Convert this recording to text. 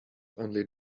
only